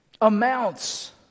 amounts